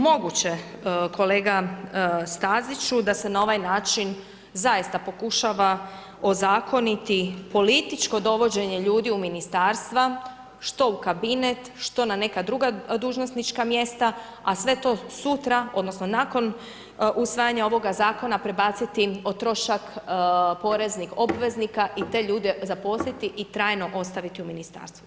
Moguće kolega Staziću da se na ovaj način zaista pokušava ozakoniti političko dovođenje ljudi u ministarstva, što u kabinet, što na neka druga dužnosnička mjesta, a sve to sutra, odnosno, nakon usvajanja ovoga zakona, prebaciti o trošak poreznih obveznika i te ljude zaposliti i trajno ostaviti u ministarstvu.